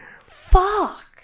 Fuck